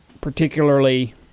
particularly